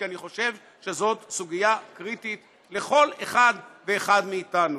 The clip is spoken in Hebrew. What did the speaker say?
כי אני חושב שזאת סוגיה קריטית לכל אחד ואחד מאיתנו.